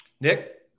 Nick